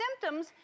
symptoms